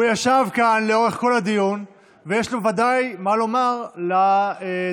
הוא ישב כאן לאורך כל הדיון ויש לו ודאי מה לומר לדוברים.